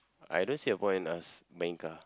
I don't see a point in us buying car